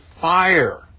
fire